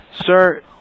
Sir